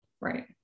Right